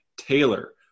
Taylor